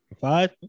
Five